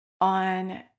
On